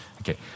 Okay